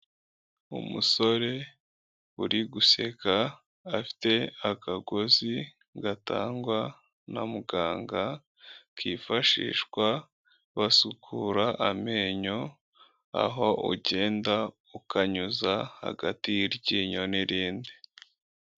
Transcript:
Umusore uri guseka afite akagozi gatangwa na muganga kifashishwa basukura amenyo, aho ugenda ukanyuza hagati y'iryinyo n'irindi.